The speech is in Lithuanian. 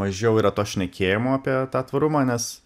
mažiau yra to šnekėjimo apie tą tvarumą nes